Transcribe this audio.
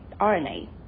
RNA